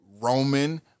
Roman